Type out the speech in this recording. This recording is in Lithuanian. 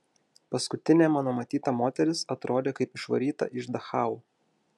paskutinė mano matyta moteris atrodė kaip išvaryta iš dachau